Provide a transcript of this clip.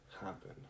Happen